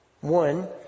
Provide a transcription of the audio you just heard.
One